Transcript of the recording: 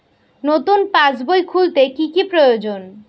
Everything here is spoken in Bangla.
নতুন পাশবই খুলতে কি কি প্রয়োজন?